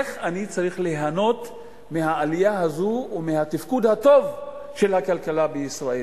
איך אני צריך ליהנות מהעלייה הזו ומהתפקוד הטוב של הכלכלה בישראל?